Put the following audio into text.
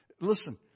Listen